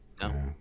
no